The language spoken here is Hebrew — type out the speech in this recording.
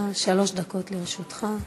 בבקשה, שלוש דקות לרשותך.